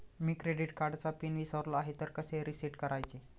मी credit कार्डचा PIN विसरलो आहे तर कसे रीसेट करायचे?